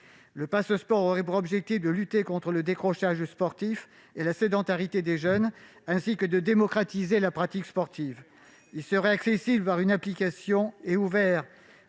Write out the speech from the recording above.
Le Pass'Sport aurait pour objectifs de lutter contre le décrochage sportif et la sédentarité des jeunes, ainsi que de démocratiser la pratique sportive. Il serait accessible une application et ouvert